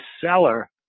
seller